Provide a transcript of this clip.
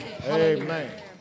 Amen